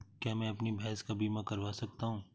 क्या मैं अपनी भैंस का बीमा करवा सकता हूँ?